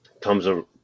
comes